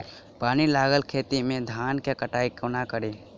पानि लागल खेत मे धान केँ कटाई कोना कड़ी?